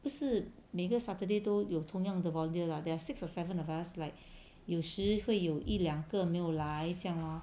不是每个 saturday 都有同样的 volunteer lah there are six or seven of us like 有时会有一两个没有来这样 lor